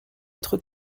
être